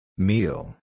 Meal